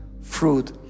fruit